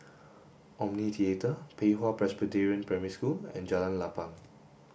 Omni Theatre Pei Hwa Presbyterian Primary School and Jalan Lapang